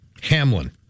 Hamlin